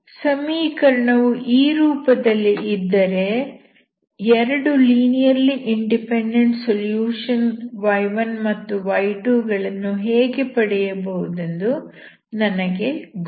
ಸಮೀಕರಣವು ಈ ರೂಪದಲ್ಲಿ ಇದ್ದರೆ 2 ಲೀನಿಯರ್ಲಿ ಇಂಡಿಪೆಂಡೆಂಟ್ ಸೊಲ್ಯೂಷನ್ y1 ಮತ್ತು y2 ಗಳನ್ನು ಹೇಗೆ ಪಡೆಯುವುದೆಂದು ನನಗೆ ಗೊತ್ತು